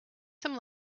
some